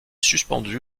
suspendu